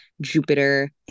Jupiter